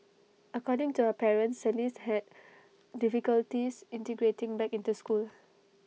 according to her parents celeste had difficulties integrating back into school